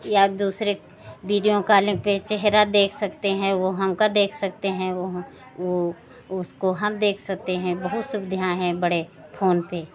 या की दूसरेक विडियो कालिंग पर चेहरा देख सकते हैं वह हमको देख सकते हैं वह ह वह उसको हम देख सकते हैं बहुत सुविधाएँ हैं बड़े फोन पर